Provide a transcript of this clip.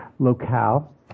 Locale